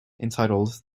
entitled